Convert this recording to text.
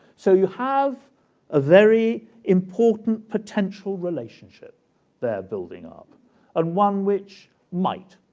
so you have a very important potential relationship they're building up and one which might,